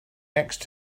next